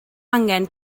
angen